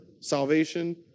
salvation